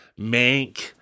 Mank